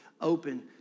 open